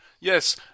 Yes